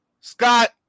Scott